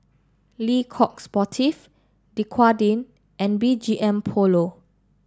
Le Coq Sportif Dequadin and B G M Polo